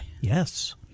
Yes